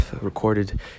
recorded